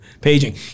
Paging